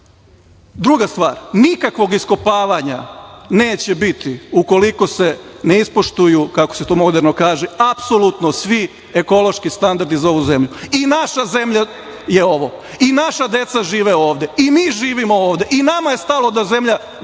važe. Druga stvar, nikakvog iskopavanja neće biti ukoliko se ne ispoštuju, kako se to moderno kaže, apsolutno svi ekološki standardi za ovu zemlju. I naša zemlja je ovo i naša deca žive ovde i mi živimo ovde i nama je stalo da zemlja